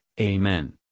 Amen